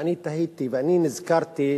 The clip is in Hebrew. ואני תהיתי, ואני נזכרתי,